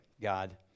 God